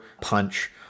punch